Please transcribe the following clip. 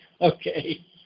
okay